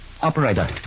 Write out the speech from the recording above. Operator